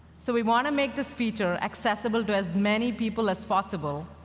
so we want to make this feature accessible to as many people as possible.